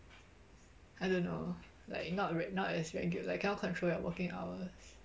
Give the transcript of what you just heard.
I don't know like not reg~ not as regular like cannot control your working hours